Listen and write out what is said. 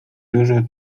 dużo